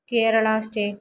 Kerala state